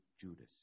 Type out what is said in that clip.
Judas